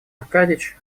аркадьич